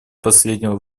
последнего